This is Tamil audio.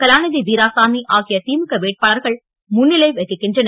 கலாநிதி வீராசாமி ஆகிய திமுக வேட்பாளர்கள் முன்னிலை வகிக்கின்றனர்